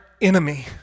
enemy